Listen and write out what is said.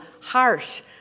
harsh